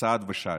צעד ושעל.